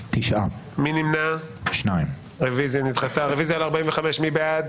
9 נמנעים, 1 לא אושרה.